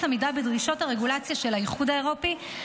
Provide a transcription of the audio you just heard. עמידה בדרישות הרגולציה של האיחוד האירופי,